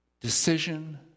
decision